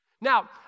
Now